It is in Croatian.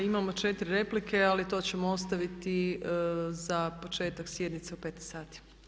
Imamo 4 replike ali to ćemo ostaviti za početak sjednice u 15 sati.